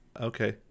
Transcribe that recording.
Okay